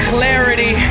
Clarity